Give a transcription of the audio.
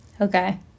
Okay